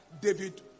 David